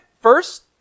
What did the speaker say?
first